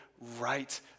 right